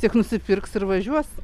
tik nusipirks ir važiuos